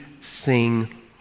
sing